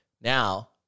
Now